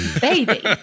Baby